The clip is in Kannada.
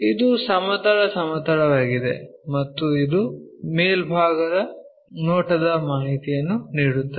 ಇದು ಸಮತಲ ಸಮತಲವಾಗಿದೆ ಮತ್ತು ಇದು ಮೇಲ್ಭಾಗದ ನೋಟದ ಮಾಹಿತಿಯನ್ನು ನೀಡುತ್ತದೆ